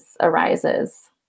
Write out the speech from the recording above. arises